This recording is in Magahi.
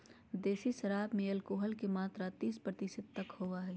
देसी शराब में एल्कोहल के मात्रा तीस प्रतिशत तक होबो हइ